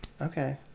Okay